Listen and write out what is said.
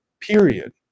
Period